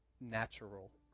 natural